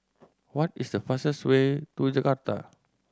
what is the fastest way to Jakarta